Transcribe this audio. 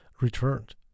returned